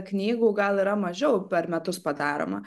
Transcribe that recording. knygų gal yra mažiau per metus padaroma